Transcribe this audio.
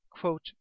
Quote